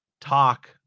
Talk